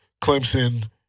Clemson